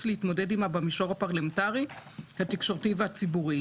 להתמודד עימה במישור הפרלמנטרי התקשורתי והציבורי.